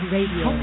Radio